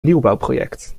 nieuwbouwproject